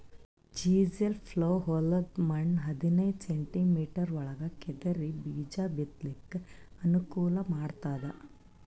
chisel plough ಹೊಲದ್ದ್ ಮಣ್ಣ್ ಹದನೈದ್ ಸೆಂಟಿಮೀಟರ್ ಒಳಗ್ ಕೆದರಿ ಬೀಜಾ ಬಿತ್ತಲಕ್ ಅನುಕೂಲ್ ಮಾಡ್ತದ್